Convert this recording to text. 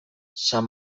san